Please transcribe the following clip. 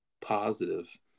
positive